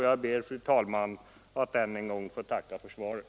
Jag ber, fru talman, att ännu en gång få tacka för svaret.